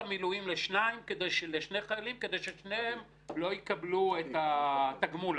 על זה שיש מעטים מאוד שהם נושאים על גבם את נטל המס